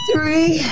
Three